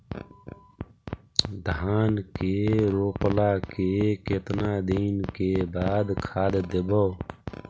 धान के रोपला के केतना दिन के बाद खाद देबै?